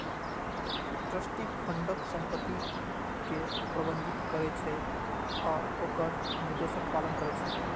trustee फंडक संपत्ति कें प्रबंधित करै छै आ ओकर निर्देशक पालन करै छै